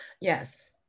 yes